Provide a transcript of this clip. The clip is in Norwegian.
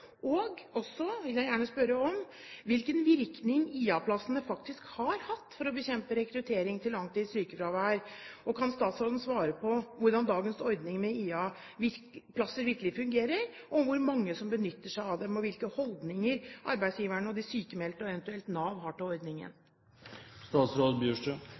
jeg også gjerne spørre om hvilken virkning IA-plassene faktisk har hatt for å bekjempe rekruttering til langtids sykefravær, og kan statsråden svare på hvordan dagens ordning med IA-plasser virkelig fungerer, om hvor mange som benytter seg av dem, og hvilke holdninger arbeidsgiverne og de sykmeldte, og eventuelt Nav, har til